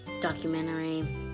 Documentary